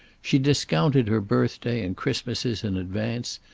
she discounted her birthday and christmases in advance,